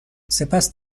سپس